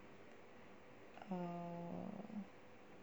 err